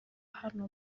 hano